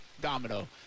domino